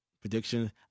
prediction